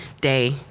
day